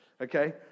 okay